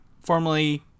formerly